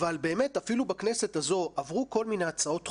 אבל באמת אפילו בכנסת הזו עברו כל מיני הצעות חוק,